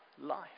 Life